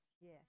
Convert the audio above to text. Yes